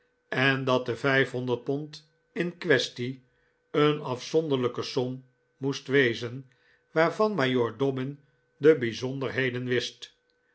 en dat de vijfhonderd pond in quaestie een afzonderlijke som moest wezen waarvan majoor dobbin de bijzonderheden wist